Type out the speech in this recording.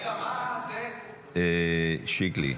שיקלי.